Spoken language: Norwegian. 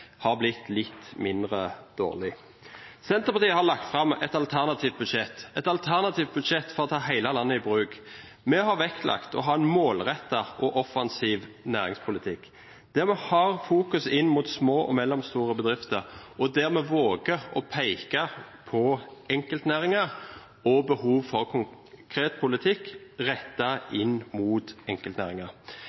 har blitt litt mindre dårlig. Senterpartiet har lagt fram et alternativt budsjett – et alternativt budsjett for å ta hele landet i bruk. Vi har vektlagt å ha en målrettet og offensiv næringspolitikk, der vi har fokusering inn mot små og mellomstore bedrifter, og der vi våger å peke på enkeltnæringer og behov for konkret politikk rettet inn mot